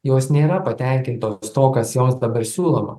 jos nėra patenkintos to kas joms dabar siūloma